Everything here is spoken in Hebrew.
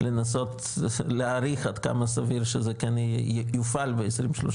לנסות להעריך עד כמה סביר שזה כן יופעל ב-2030,